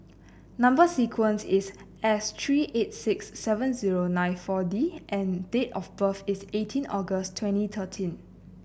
number sequence is S three eight six seven zero nine four D and date of birth is eighteen August twenty thirteen